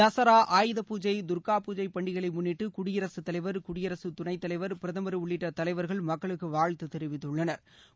தசரா ஆயுதபூஜை தர்கா பூஜை பண்டிகைகளை முன்ளிட்டு குடியரசுத் தலைவர் குடியரசு துணைத்தலைவா் பிரதமர் உள்ளிட்ட தலைவா்கள் மக்களுக்கு வாழ்த்து தெரிவித்துள்ளனா்